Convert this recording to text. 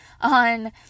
on